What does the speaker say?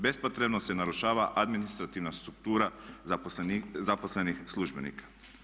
Bespotrebno se narušava administrativna struktura zaposlenih službenika.